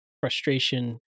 frustration